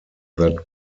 that